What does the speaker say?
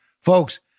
Folks